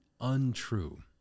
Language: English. untrue